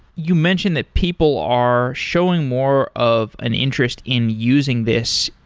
you mentioned that people are showing more of an interest in using this,